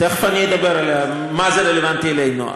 תכף אני אדבר במה זה רלוונטי אלינו,